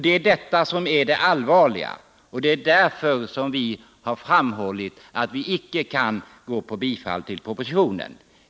Det är detta som är så allvarligt, och det är skälet till att vi inte kan bifalla propositionen.